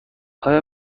آیا